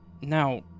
Now